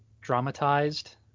dramatized